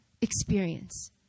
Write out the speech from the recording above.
experience